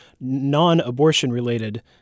non-abortion-related